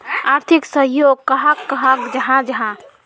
आर्थिक सहयोग कहाक कहाल जाहा जाहा?